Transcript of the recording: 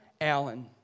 Allen